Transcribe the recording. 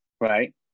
Right